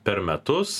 per metus